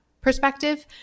perspective